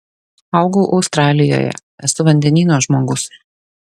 augau australijoje esu vandenyno žmogus